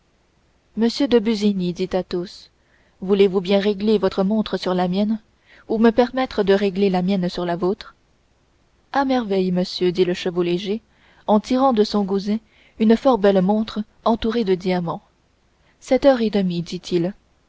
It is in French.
de busigny dit athos voulez-vous bien régler votre montre sur la mienne ou me permettre de régler la mienne sur la vôtre à merveille monsieur dit le chevau léger en tirant de son gousset une fort belle montre entourée de diamants sept heures et demie dit-il